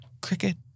Cricket